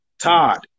Todd